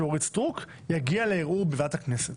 חברת הכנסת אורית סטרוק יגיע לערעור בוועדת הכנסת.